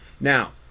Now